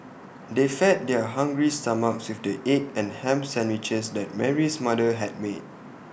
they fed their hungry stomachs with the egg and Ham Sandwiches that Mary's mother had made